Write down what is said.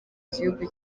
gihugu